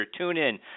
TuneIn